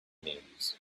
names